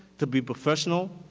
to be professional,